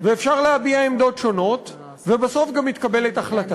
ואפשר להביע עמדות שונות, ובסוף גם מתקבלת החלטה.